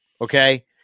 Okay